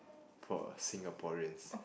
for a Singaporeans